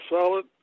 solid